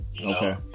Okay